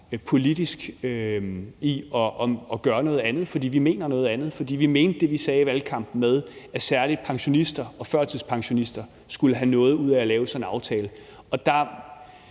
politisk i at gøre noget andet, fordi vi mener noget andet. For vi mente det, vi sagde i valgkampen med, at særlig pensionister og førtidspensionister skulle have noget ud af at lave sådan en aftale. Det